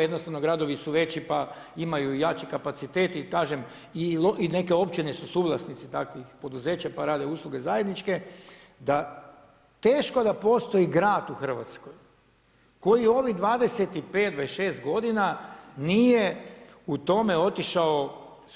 Jednostavno gradovi su veći, pa imaju jači kapacitet jer kažem i neke općine su suvlasnici takvih poduzeća, pa rade usluge zajedničke, da teško da postoji grad u Hrvatskoj koji ovih 25, 26 godina nije u tome otišao